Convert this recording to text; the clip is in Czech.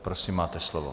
Prosím, máte slovo.